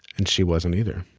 and she wasn't either.